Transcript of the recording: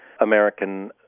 American